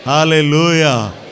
Hallelujah